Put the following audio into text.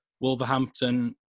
Wolverhampton